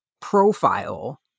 profile